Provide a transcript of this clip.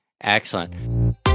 Excellent